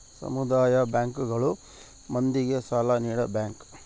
ಸಮುದಾಯ ಬ್ಯಾಂಕ್ ಗಳು ಮಂದಿಗೆ ಸಾಲ ನೀಡ ಬ್ಯಾಂಕ್